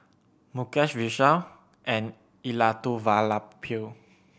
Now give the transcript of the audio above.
Mukesh Vishal and Elattuvalapil